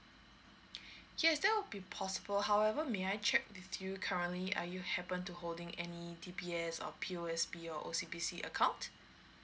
yes that would be possible however may I check with you currently are you happen to holding any D_B_S or P_O_S_B or O_C_B_S account